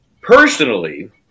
Personally